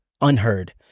unheard